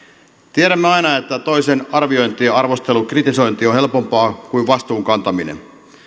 tiedämme aina että toisen arviointi arvostelu ja kritisointi on helpompaa kuin vastuun kantaminen